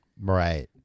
right